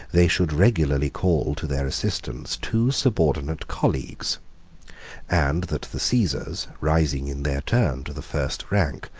they should regularly call to their assistance two subordinate colleagues and that the caesars, rising in their turn to the first rank,